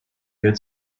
good